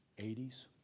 80s